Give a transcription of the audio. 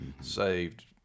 saved